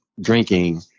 drinking